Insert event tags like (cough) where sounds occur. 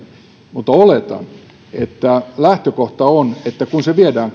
mutta oletan ja lähtökohta on että kun päätöksenteko viedään (unintelligible)